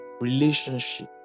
relationship